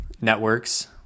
networks